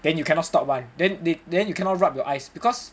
then you cannot stop [one] then then you cannot rub your eyes because